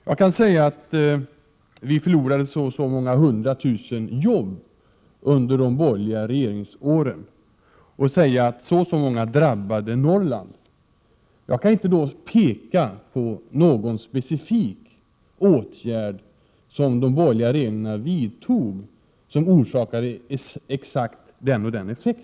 Jag kan säga att vi förlorade ett visst antal hundra tusen jobb under de borgerliga regeringsåren och att så och så många av dessa förluster drabbade Norrland, men jag kan inte peka på någon specifik åtgärd som de borgerliga regeringarna då vidtog och som gav en speciell effekt.